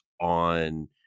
on